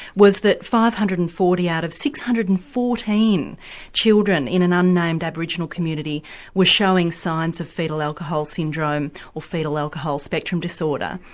was that five hundred and forty out of six hundred and fourteen children in an unnamed aboriginal community were showing signs of foetal alcohol syndrome or foetal alcohol spectrum disorder,